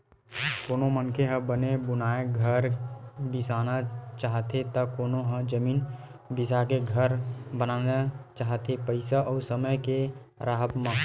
कोनो मनखे ह बने बुनाए घर बिसाना चाहथे त कोनो ह जमीन बिसाके घर बनाना चाहथे पइसा अउ समे के राहब म